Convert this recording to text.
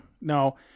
no